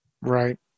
Right